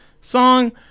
song